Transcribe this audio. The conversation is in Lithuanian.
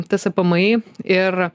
tspmi ir